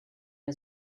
boy